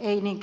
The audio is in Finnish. ei niinkään hankintalakiin